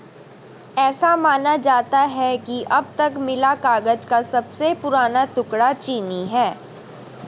ऐसा माना जाता है कि अब तक मिला कागज का सबसे पुराना टुकड़ा चीनी है